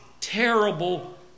terrible